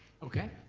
okay.